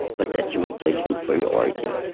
but that's a replacement for your origin.